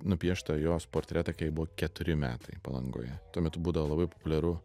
nupieštą jos portretą kai jai buvo keturi metai palangoje tuo metu būdavo labai populiaru